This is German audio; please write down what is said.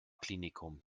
klinikum